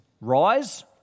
rise